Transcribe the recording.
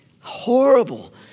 horrible